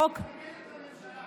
מתנגדת לממשלה.